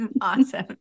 Awesome